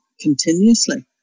continuously